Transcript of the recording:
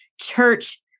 church